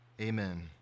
Amen